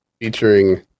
featuring